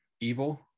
Evil